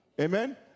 amen